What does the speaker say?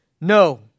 No